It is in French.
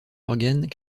organes